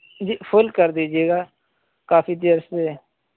جی full کر دیجیے گا کافی دیر سے